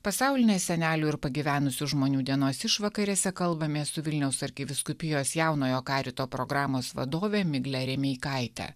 pasaulinės senelių ir pagyvenusių žmonių dienos išvakarėse kalbamės su vilniaus arkivyskupijos jaunojo karito programos vadove migle remeikaite